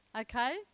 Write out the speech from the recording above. okay